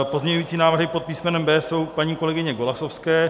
Pozměňující návrhy pod písmenem B jsou paní kolegyně Golasowské.